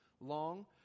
long